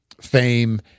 fame